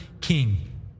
king